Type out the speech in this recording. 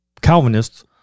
Calvinists